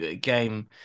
game